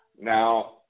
Now